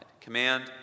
Command